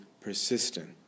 persistent